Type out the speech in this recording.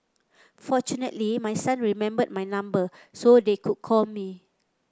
fortunately my son remembered my number so they could call me